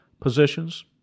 positions